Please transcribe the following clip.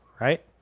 right